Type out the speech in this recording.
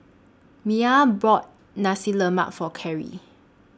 Maia bought Nasi Lemak For Carry